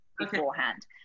beforehand